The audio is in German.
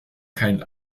kein